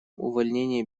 увольнении